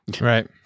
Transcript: Right